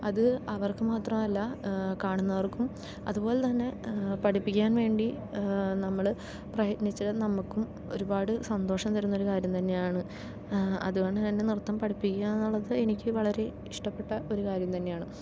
അത് അവർക്ക് മാത്രമല്ല കാണുന്നവർക്കും അതുപോലെത്തന്നെ പഠിപ്പിക്കാൻ വേണ്ടി നമ്മൾ പ്രയത്നിച്ച നമുക്കും ഒരുപാട് സന്തോഷം തരുന്ന ഒരു കാര്യം തന്നെയാണ് അതുകൊണ്ട് ഞാൻ നൃത്തം പഠിപ്പിക്കുക എന്നുള്ളത് എനിക്ക് വളരെ ഇഷ്ടപ്പെട്ട ഒരു കാര്യം തന്നെയാണ്